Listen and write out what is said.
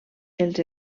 els